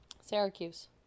Syracuse